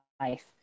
life